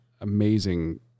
amazing